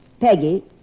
Peggy